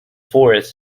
forests